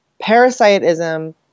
parasitism